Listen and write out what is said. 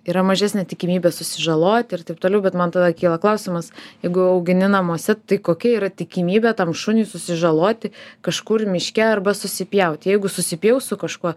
yra mažesnė tikimybė susižaloti ir taip toliau bet man tada kyla klausimas jeigu augini namuose tai kokia yra tikimybė tam šuniui susižaloti kažkur miške arba susipjauti jeigu susipjaus su kažkuo